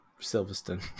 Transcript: Silverstone